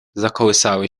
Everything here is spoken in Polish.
zakołysały